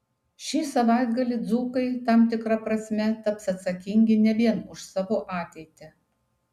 šį savaitgalį dzūkai tam tikra prasme taps atsakingi ne vien už savo ateitį